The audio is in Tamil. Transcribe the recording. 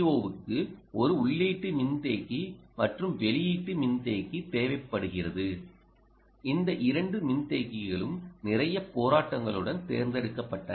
ஓவுக்கு ஒரு உள்ளீட்டு மின்தேக்கி மற்றும் வெளியீட்டு மின்தேக்கி தேவைப்படுகிறது இந்த இரண்டு மின்தேக்கிகளும் நிறைய போராட்டங்களுடன் தேர்ந்தெடுக்கப்பட்டன